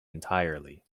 entirely